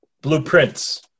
Blueprints